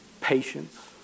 Patience